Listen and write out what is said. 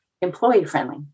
employee-friendly